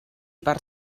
per